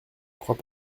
crois